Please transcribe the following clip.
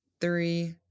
three